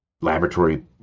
laboratory